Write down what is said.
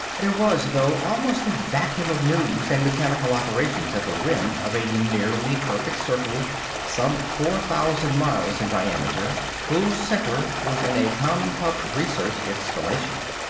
there was, though, almost a vacuum of news and mechanical operations at the rim of a nearly perfect circle some four thousand miles in diameter, whose center was in a compub research installation.